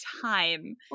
time